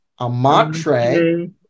amatre